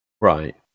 right